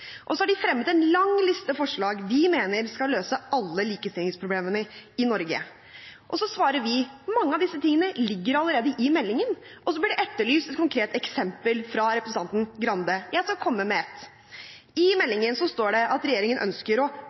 har de fremmet en lang liste med forslag de mener skal løse alle likestillingsproblemene i Norge. Så svarer vi: Mange av disse tingene ligger allerede i meldingen. Og så blir det etterlyst et konkret eksempel fra representanten Grande. Jeg skal komme med ett. I meldingen står det at regjeringen ønsker å